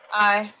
aye.